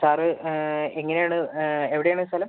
sir എങ്ങനെയാണ് എവിടെയാണ് സ്ഥലം